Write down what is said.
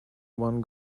one